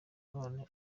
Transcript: none